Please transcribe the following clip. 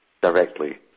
Directly